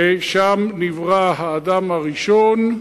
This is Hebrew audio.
שם נברא אדם הראשון,